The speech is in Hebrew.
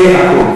זה הכול.